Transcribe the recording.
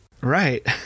Right